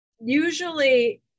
Usually